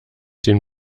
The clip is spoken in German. den